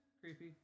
creepy